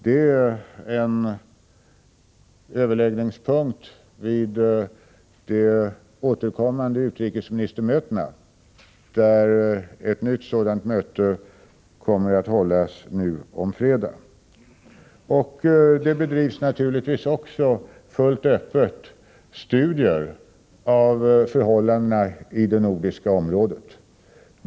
Det är en överläggningspunkt vid de återkommande utrikesministermötena, och ett nytt sådant möte kommer att hållas nu om fredag. Naturligtvis bedrivs det också fullt öppet studier av förhållandena i det nordiska området.